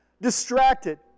distracted